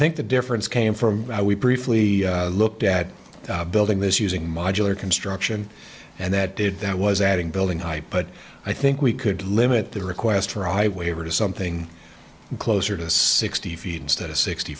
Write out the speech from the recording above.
think the difference came from we briefly looked at building this using modular construction and that did that was adding building hype but i think we could limit the request for highway over to something closer to sixty feet instead of sixty